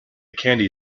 candy